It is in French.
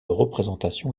représentation